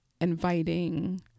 inviting